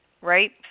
right